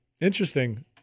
Interesting